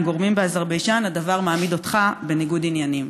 גורמים באזרבייג'ן הדבר מעמיד אותך בניגוד עניינים?